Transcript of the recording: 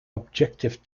objective